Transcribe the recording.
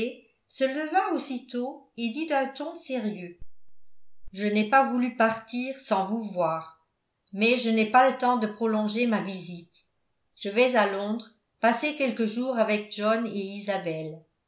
se leva aussitôt et dit d'un ton sérieux je n'ai pas voulu partir sans vous voir mais je n'ai pas le temps de prolonger ma visite je vais à londres passer quelques jours avec john et isabelle